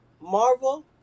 Marvel